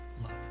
love